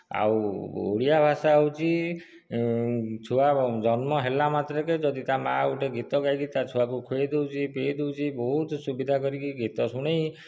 ଆଉ ଓଡ଼ିଆ ଭାଷା ହେଉଛି ଛୁଆ ଜନ୍ମ ହେଲା ମାତ୍ରକେ ଯଦି ତା ମା' ଗୋଟେ ଗୀତ ଗାଇକି ତା ଛୁଆକୁ ଖୁଆଇ ଦେଉଛି ପିଆଇ ଦେଉଛି ବହୁତ ସୁବିଧା କରିକି ଗୀତ ଶୁଣାଇ